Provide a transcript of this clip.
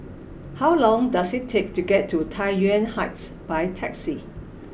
how long does it take to get to Tai Yuan Heights by taxi